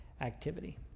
activity